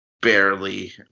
Barely